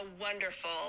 wonderful